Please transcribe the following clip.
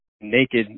naked